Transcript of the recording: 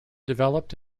developed